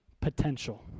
potential